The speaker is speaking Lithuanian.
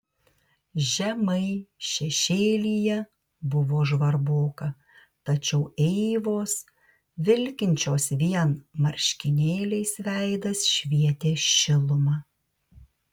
žemai šešėlyje buvo žvarboka tačiau eivos vilkinčios vien marškinėliais veidas švietė šiluma